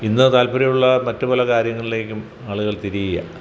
ഇന്ന് താല്പര്യമുള്ള മറ്റു പല കാര്യങ്ങളിലേക്കും ആളുകൾ തിരിയുകയാണ്